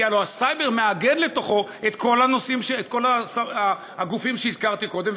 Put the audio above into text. כי הלוא הסייבר מאגד לתוכו את כל הגופים שהזכרתי קודם,